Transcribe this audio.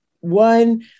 one